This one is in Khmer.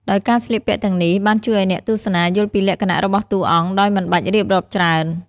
ដោយការស្លៀកពាក់ទាំងនេះបានជួយឲ្យអ្នកទស្សនាយល់ពីលក្ខណៈរបស់តួអង្គដោយមិនបាច់រៀបរាប់ច្រើន។